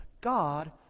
God